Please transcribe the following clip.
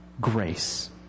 grace